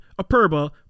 Aperba